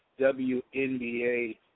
WNBA